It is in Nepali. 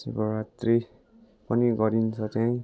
शिवरात्रि पनि गरिन्छ त्यहीँ